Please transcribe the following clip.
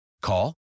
Call